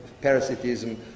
parasitism